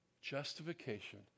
Justification